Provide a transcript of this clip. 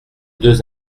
deux